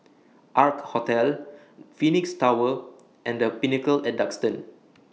Ark Hotel Phoenix Tower and The Pinnacle At Duxton